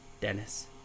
Dennis